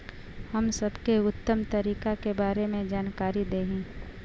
हम सबके उत्तम तरीका के बारे में जानकारी देही?